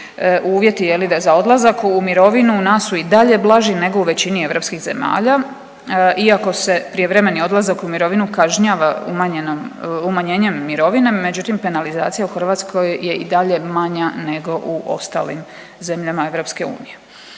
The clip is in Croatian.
Uvjeti je li za odlazak za mirovinu u nas su i dalje blaži nego u većini europskih zemalja iako se prijevremeni odlazak kažnjava umanjenom, umanjenjem mirovine međutim, penalizacija u Hrvatskoj je i dalje manja nego u ostalim zemljama EU.